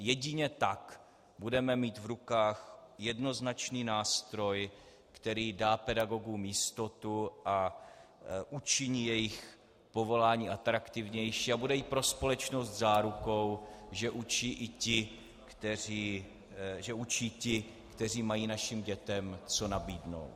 Jedině tak budeme mít v rukách jednoznačný nástroj, který dá pedagogům jistotu a učiní jejich povolání atraktivnější a bude i pro společnost zárukou, že učí ti, kteří mají našim dětem co nabídnout.